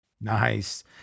nice